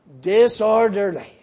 disorderly